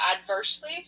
adversely